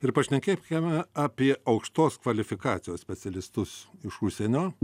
ir pašnekėkime apie aukštos kvalifikacijos specialistus iš užsienio